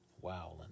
Wow